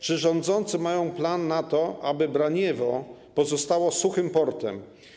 Czy rządzący mają plan na to, aby Braniewo pozostało suchym portem?